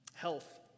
health